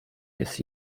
jest